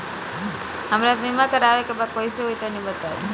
हमरा बीमा करावे के बा कइसे होई तनि बताईं?